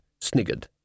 sniggered